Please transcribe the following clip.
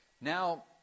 Now